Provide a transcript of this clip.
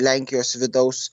lenkijos vidaus